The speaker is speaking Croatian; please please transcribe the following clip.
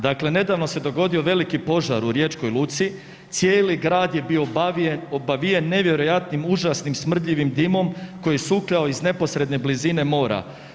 Dakle, nedavno se dogodio veliki požar u riječkoj luci, cijeli grad je bio obavijen nevjerojatnim užasnim, smrdljivim dimom koji je sukljao iz neposredne blizine mora.